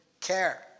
care